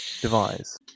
device